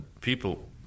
people